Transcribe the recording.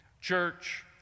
church